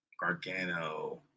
Gargano